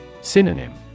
Synonym